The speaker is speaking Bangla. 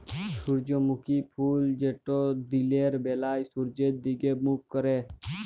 সূর্যমুখী ফুল যেট দিলের ব্যালা সূর্যের দিগে মুখ ক্যরে